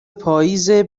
پاییزه